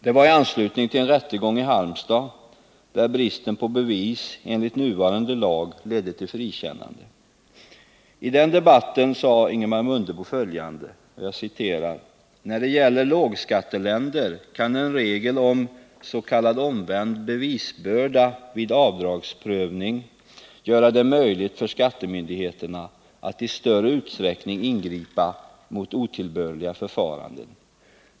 Det var i anslutning till en rättegång i Halmstad, där bristen på bevis enligt nuvarande lag ledde till frikännande. I den debatten sade Ingemar Mundebo följande: ”När det gäller lågskatteländer kan en regel om s.k. omvänd bevisbörda vid avdragsprövning göra det möjligt för skattemyndigheterna att i större utsträckning ingripa mot otillbörliga förfaranden.